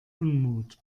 unmut